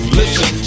listen